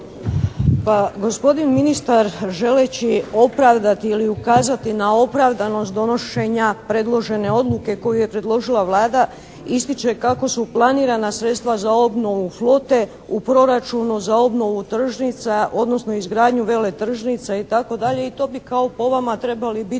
Pa, gospodin ministar želeći opravdati ili ukazati na opravdanost donošenja predložene odluke koju je predložila Vlada ističe kako su planirana sredstva za obnovu flote u proračunu za obnovu tržnica odnosno izgradnju veletržnica itd. i to bi kao po vama trebali biti